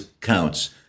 counts